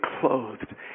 clothed